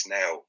now